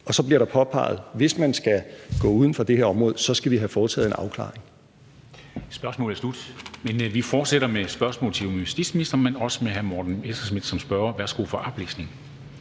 Og så bliver det påpeget, at hvis man skal gå uden for det her område, skal vi have foretaget en afklaring.